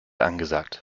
angesagt